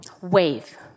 wave